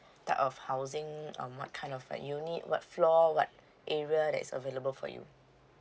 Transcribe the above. type of housing um what kind of uh unit what floor what area that's available for you